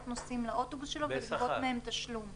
נוסעים לאוטובוס שלו ולגבות מהם תשלום.